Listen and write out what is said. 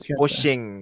pushing